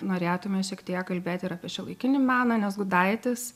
norėtume šiek tiek kalbėti ir apie šiuolaikinį meną nes gudaitis